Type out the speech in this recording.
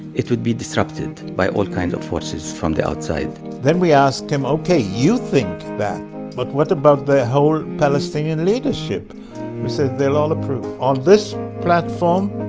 it would be disrupted by all kinds of forces from the outside then we ask him, ok, you think that but what about the whole palestinian leadership? he said they'll all approve. on this platform,